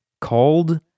called